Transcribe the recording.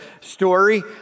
story